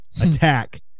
Attack